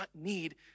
need